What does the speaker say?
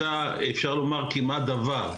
אפשר לומר שלא נעשה כמעט דבר.